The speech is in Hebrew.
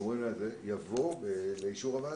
יבוא לאישור הוועדה.